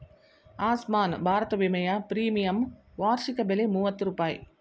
ಆಸ್ಮಾನ್ ಭಾರತ ವಿಮೆಯ ಪ್ರೀಮಿಯಂ ವಾರ್ಷಿಕ ಬೆಲೆ ಮೂವತ್ತು ರೂಪಾಯಿ